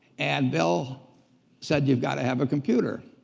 and bill said you've gotta have a computer.